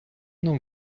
нам